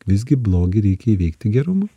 visgi blogį reikia įveikti gerumu